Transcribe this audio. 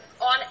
on